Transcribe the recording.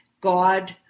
God